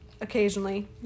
occasionally